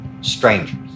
strangers